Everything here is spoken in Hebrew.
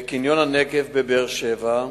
בקניון "הנגב" בבאר-שבע,